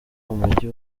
umujyi